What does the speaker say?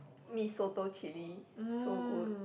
Mee-Soto chilli so good